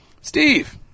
Steve